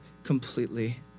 Completely